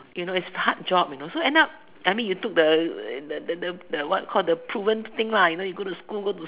you know its a hard job you know so end up I mean you took a the the the what called proven thing lah you know you go school go to